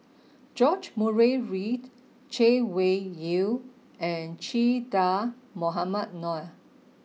George Murray Reith Chay Weng Yew and Che Dah Mohamed Noor